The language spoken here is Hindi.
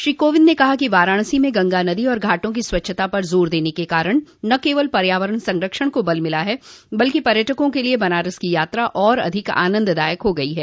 श्री कोविंद ने कहा कि वाराणसी में गंगा नदी व घाटों की स्वच्छता पर जोर देने के कारण न केवल पर्यावरण संरक्षण को बल मिला है बल्कि पर्यटकों के लिए बनारस की यात्रा और अधिक आनंददायक हो गई है